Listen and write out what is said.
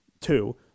two